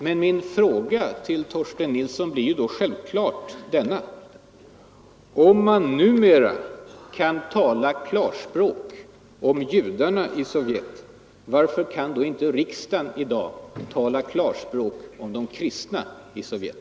Men min fråga till Torsten Nilsson blir då självfallet denna: När man numera kan tala i klarspråk om judarna i Sovjet, varför kan då inte riksdagen i dag tala klarspråk om de kristna i Sovjet?